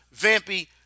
Vampy